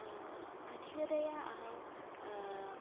अधिकतया अहं